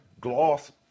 gloss